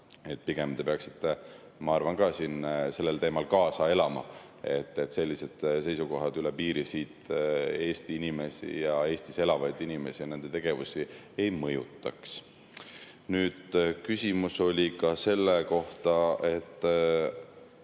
Pigem te peaksite, ma arvan, sellel teemal kaasa elama, et sellised seisukohad üle piiri Eesti inimesi ja Eestis elavaid inimesi ja nende tegevusi ei mõjutaks. Küsimus oli ka kuritegevuse